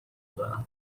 دارمی